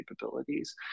capabilities